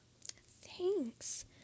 thanks